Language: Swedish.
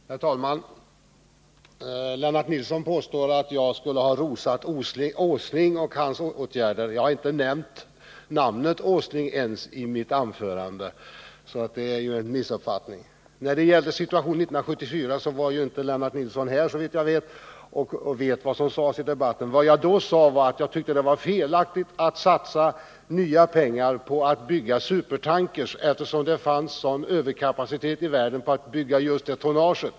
Herr talman! Lennart Nilsson påstår att jag skulle ha rosat Nils Åsling och hans åtgärder. Jag har inte nämnt namnet Åsling ens i mitt anförande, så det är en missuppfattning. 1974 var inte Lennart Nilsson här, såvitt jag vet, och kunde inte lyssna till vad jag sade i debatten. Vad jag då sade var att jag tyckte att det var felaktigt att satsa nya pengar på att bygga supertankers, eftersom det fanns en stor överkapacitet i världen när det gällde att bygga just den typen av tonnage.